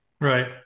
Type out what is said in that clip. Right